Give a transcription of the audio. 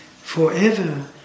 forever